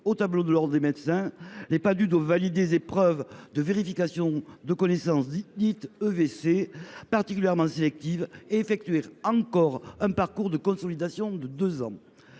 au tableau de l’ordre des médecins, les Padhue doivent valider des épreuves de vérification des connaissances (EVC) particulièrement sélectives, puis effectuer un parcours de consolidation de deux ans.